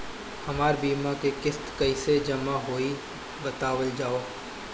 हमर बीमा के किस्त कइसे जमा होई बतावल जाओ?